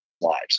lives